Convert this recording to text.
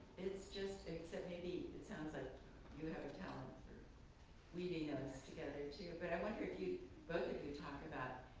it's just, except maybe, it sort of you have the talent for weaving us together too. but i wonder if you'd both of you talk about,